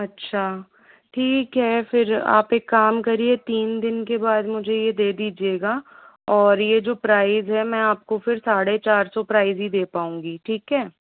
अच्छा ठीक है फिर आप एक काम करिए तीन दिन के बाद मुझे ये दे दीजिएगा और ये जो प्राइस है मैं आपको फिर साढ़े चार सौ प्राइज़ ही दे पाऊंगी ठीक है